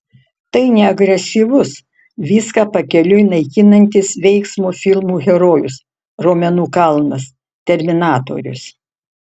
tai ne agresyvus viską pakeliui naikinantis veiksmo filmų herojus raumenų kalnas terminatorius